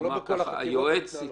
לא בכל החקירה.